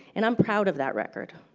and i'm proud of that record.